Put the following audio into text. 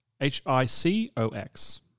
H-I-C-O-X